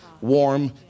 warm